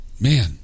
man